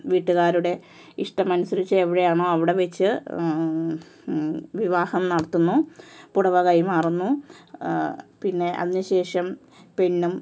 വീട്ടുകാരുടെ ഇഷ്ടം അനുസരിച്ച് എവിടെയാണോ അവിടെ വച്ച് വിവാഹം നടത്തുന്നു പുടവ കൈമാറുന്നു പിന്നെ അതിനു ശേഷം പെണ്ണും